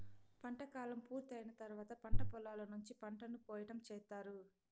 పంట కాలం పూర్తి అయిన తర్వాత పంట పొలాల నుంచి పంటను కోయటం చేత్తారు